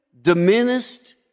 diminished